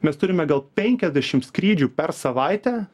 mes turime gal penkiasdešim skrydžių per savaitę